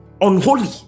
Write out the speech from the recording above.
unholy